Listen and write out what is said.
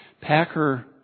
Packer